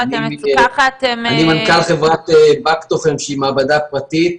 אני מנכ"ל חברת בקטוכם, שהיא מעבדה פרטית,